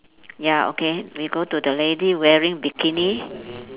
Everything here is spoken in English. ya okay we go to the lady wearing bikini